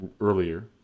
earlier